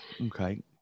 Okay